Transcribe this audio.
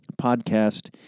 podcast